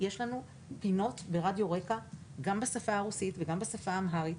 יש לנו גם פינות ברדיו רקע גם בשפה הרוסית וגם בשפה האמהרית.